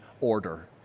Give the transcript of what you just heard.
order